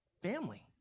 family